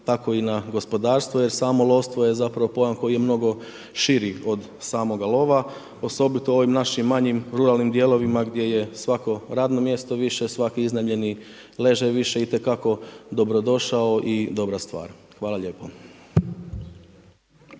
tako i na gospodarstvo jer samo lovstvo je zapravo pojam koji je mnogo širi od samoga lova, osobito u ovim našim manjim ruralnim dijelovima gdje je svako radno mjesto više, svaki iznajmljeni ležaj više itekako dobro došao i dobra stvar. Hvala lijepo.